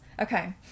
Okay